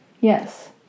Yes